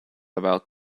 about